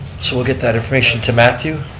so we'll get that information to matthew,